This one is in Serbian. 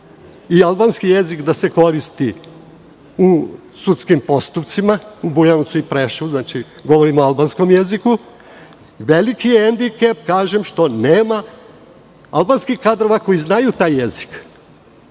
i albanski jezik da se koristi u sudskim postupcima, u Bojanovcu i Preševu, govorim o albanskom jeziku, veliki je hendikep što nema albanskih kadrova koji znaju taj